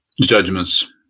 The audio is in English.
judgments